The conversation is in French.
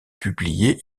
publié